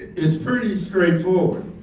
it's pretty straightforward.